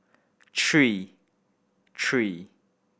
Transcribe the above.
three three